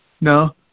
No